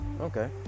Okay